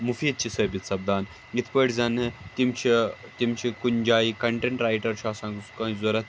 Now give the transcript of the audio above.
مُفیٖد چھِ ثٲبِت سَپدان یِتھٕ پٲٹھۍ زَن تِم چھِ تِم چھِ کُنہِ جایہِ کَنٹَنٹ رایِٹَر چھُ آسان کٲنٛسہِ ضروٗرت